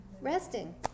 Resting